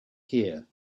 here